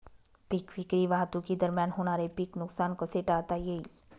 पीक विक्री वाहतुकीदरम्यान होणारे पीक नुकसान कसे टाळता येईल?